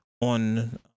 on